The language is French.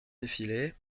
défilé